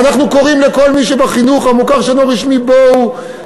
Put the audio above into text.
ואנחנו קוראים לכל מי שבחינוך המוכר שאינו רשמי: בואו,